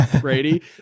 Brady